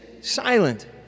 silent